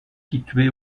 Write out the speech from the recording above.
situé